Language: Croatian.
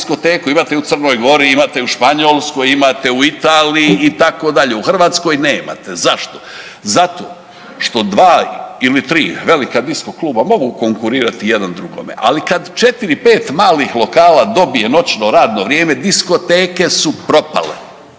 imate u u Crnoj Gori, imate u Španjolskoj, imate u Italiji itd., u Hrvatskoj nemate. Zašto? Zato što dva ili tri velika disko kluba mogu konkurirati jedan drugome, ali kad 4-5 malih lokala dobije noćno radno vrijeme diskoteke su propale.